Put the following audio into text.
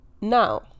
now